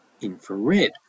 infrared